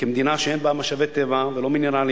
כמדינה שאין בה משאבי טבע ולא מינרלים